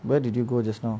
where did you go just now